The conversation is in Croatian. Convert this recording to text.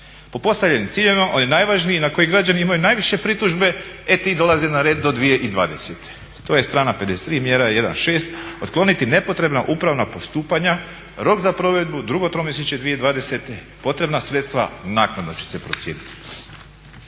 Po postavljenim ciljevima oni najvažniji na koje građani imaju najviše pritužbe e ti dolaze na red do 2020. To je strana 53, mjera 1.6., otkloniti nepotrebna upravna postupanja, rok za provedbu, drugo tromjesečje 2020., potrebna sredstva naknadno će se procijeniti.